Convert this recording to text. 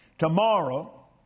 Tomorrow